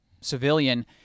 civilian